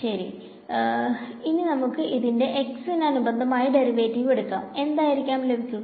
ശെരി ഇനി നമുക്ക് ഇതിന്റെ x ന് അനുബന്ധമായ ഡെറിവറ്റിവ് എടുക്കാം എന്തായിരിക്കാം ലഭിക്കുക